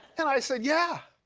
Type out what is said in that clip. and i said, yeah,